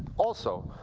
also,